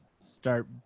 start